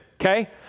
Okay